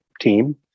team